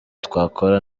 twakora